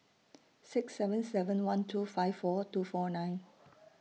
six seven seven one two five four two four nine